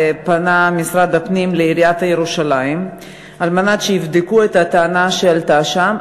פנה משרד הפנים לעיריית ירושלים על מנת שיבדקו את הטענה שעלתה שם.